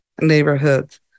neighborhoods